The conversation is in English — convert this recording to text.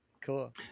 Cool